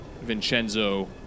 Vincenzo